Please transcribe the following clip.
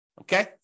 Okay